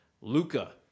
Luca